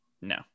No